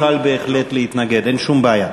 אדוני יוכל בהחלט להתנגד, אין שום בעיה.